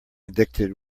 addicted